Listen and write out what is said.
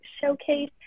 showcase